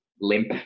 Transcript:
limp